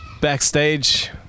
backstage